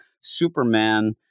superman